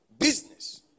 business